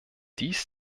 dies